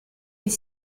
est